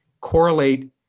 correlate